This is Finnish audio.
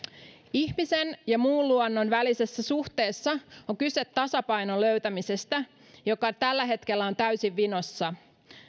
ihmisen ja muun luonnon välisessä suhteessa on kyse tasapainon löytämisestä joka tällä hetkellä on täysin vinossa